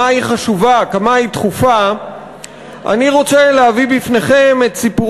רחבה ומגוונת של חברי כנסת כדי לקדם הצעת חוק